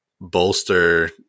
bolster